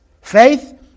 Faith